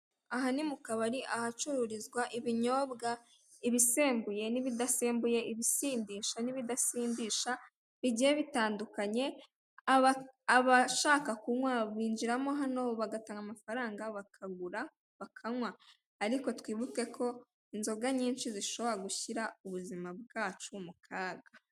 Aha ni mu kabari, ahacururizwa ibinyobwa, ibisembuye n'ibidasembuye, ibisindisha n'ibidasindisha, bigiye bitandukanye, abashaka kunywa, binjira mo hano, bagatanga amafaranga, bakagura, bakanywa. Ariko twibuke ko inzoga nyinshi zishobora gushyira ubuzima bwacu mu kaga.